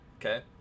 Okay